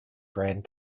grand